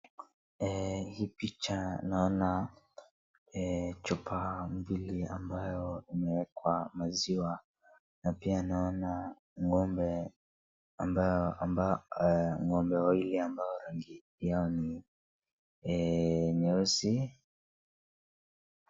Hii picha naona chupa mbili ambayo imewekwa maziwa na pia naona ng'ombe amba ambao ng'ombe wawili ambao rangi yao ni nyeusi.